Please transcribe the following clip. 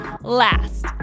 last